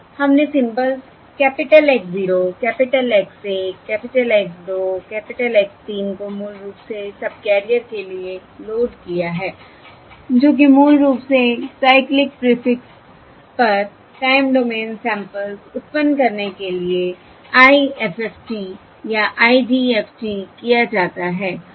हमने symbols capital X 0 capital X 1 capital X 2 capital X 3 को मूल रूप से सबकैरियर के लिए लोड किया है जो कि मूल रूप से साइक्लिक प्रीफिक्स पर टाइम डोमेन सैंपल्स उत्पन्न करने के लिए IFFT या IDFT किया जाता है